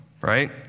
right